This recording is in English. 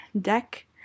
deck